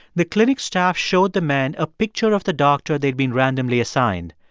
the clinic staff showed the men a picture of the doctor they'd been randomly assigned.